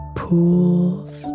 pools